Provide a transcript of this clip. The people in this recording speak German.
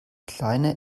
kleine